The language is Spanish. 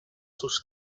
sus